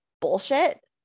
bullshit